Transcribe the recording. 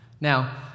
Now